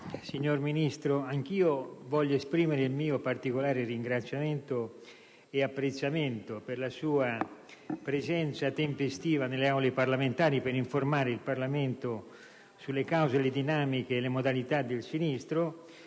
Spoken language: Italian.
signor Ministro, anch'io voglio esprimere il mio particolare ringraziamento e apprezzamento per la sua presenza tempestiva nelle Aule parlamentari per informare il Parlamento sulle cause, le dinamiche e le modalità del sinistro